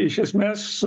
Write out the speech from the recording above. iš esmės